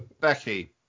Becky